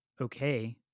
okay